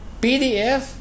pdf